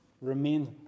Remain